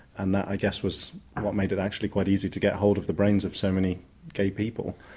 and that i guess was what made it actually quite easy to get hold of the brains of so many gay people.